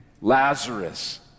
Lazarus